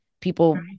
People